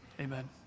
Amen